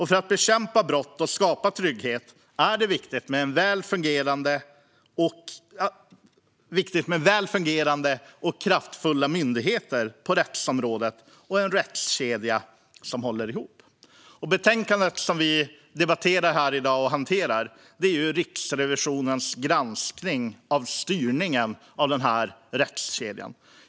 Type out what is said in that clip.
För att bekämpa brott och skapa trygghet är det viktigt med väl fungerande och kraftfulla myndigheter på rättsområdet och en rättskedja som håller ihop. Betänkandet vi i dag debatterar och hanterar gäller Riksrevisionens granskning av styrningen av denna rättskedja.